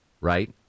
right